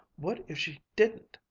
what if she didn't!